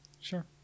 Sure